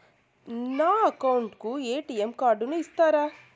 నా అకౌంట్ కు ఎ.టి.ఎం కార్డును ఇస్తారా